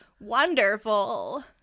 wonderful